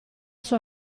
sua